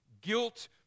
guilt